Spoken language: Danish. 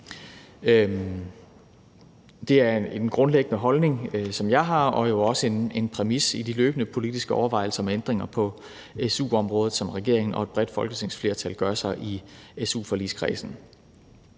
Det er en grundlæggende holdning, som jeg har, og jo også en præmis i de løbende politiske overvejelser om ændringer på su-området, som regeringen og et bredt folketingsflertal gør sig i su-forligskredsen.